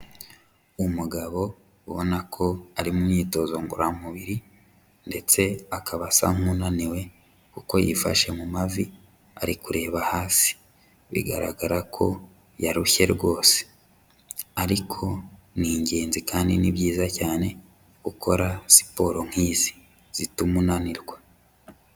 Umugabo ubona ko ari mu myitozo ngororamubiri ndetse akaba asa nk'unaniwe kuko yifashe mu mavi ari kureba hasi, bigaragara ko yarushye rwose ariko ni ingenzi kandi ni byiza cyane gukora siporo nk'izi zituma unanirwa.